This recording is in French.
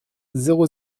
zéro